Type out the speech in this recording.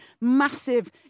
massive